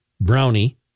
Brownie